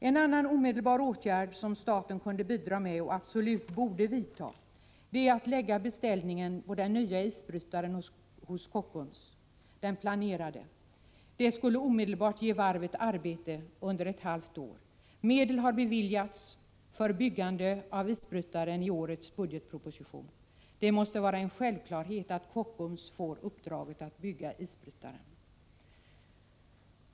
En annan omedelbar åtgärd som staten kunde bidra med och som absolut borde vidtas är att lägga beställningen på den planerade isbrytaren hos Kockums. Det skulle omedelbart ge varvet arbete under ett halvt år. Medel har beviljats i årets budgetproposition för byggandet av isbrytaren. Det måste vara en självklarhet att Kockums får uppdraget att bygga isbrytaren.